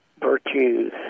virtues